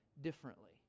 differently